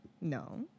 No